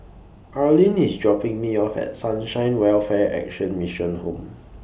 Arlyn IS dropping Me off At Sunshine Welfare Action Mission Home